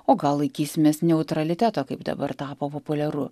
o gal laikysimės neutraliteto kaip dabar tapo populiaru